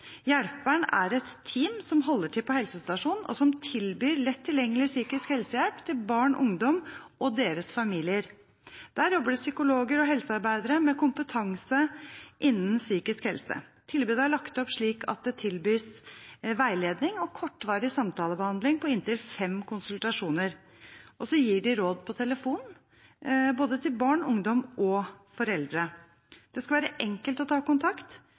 er et team som holder til på helsestasjonen, og som tilbyr lett tilgjengelig psykisk helsehjelp til barn, ungdom og deres familier. Der jobber det psykologer og helsearbeidere med kompetanse innenfor psykisk helse. Tilbudet er lagt opp slik at det tilbys veiledning og kortvarig samtalebehandling på inntil fem konsultasjoner. De gir også råd på telefonen til både barn, ungdom og foreldre. Det skal være enkelt å ta kontakt